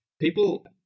People